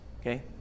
okay